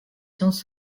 sciences